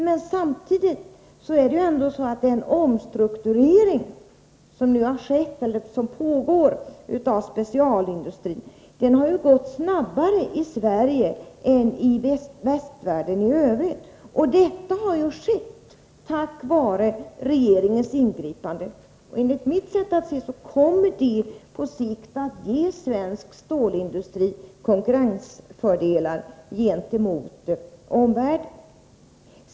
Men det är ju ändå så att den pågående omstruktureringen av specialindustrin har gått snabbare i Sverige än i västvärlden i övrigt. Detta har skett tack vare regeringens ingripande, och enligt mitt sätt att se kommer det på sikt att ge svensk stålindustri konkurrensfördelar gentemot omvärlden.